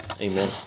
amen